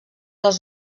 als